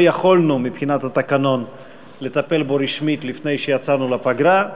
יכולנו מבחינת התקנון לטפל בו רשמית לפני שיצאנו לפגרה.